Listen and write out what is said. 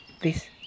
please